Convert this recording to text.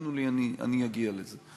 תאמינו לי, אני אגיע לזה.